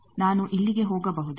ನಾನು ಇಲ್ಲಿಗೆ ಹೋಗಬಹುದೇ